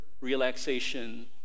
relaxation